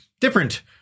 different